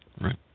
Right